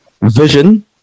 Vision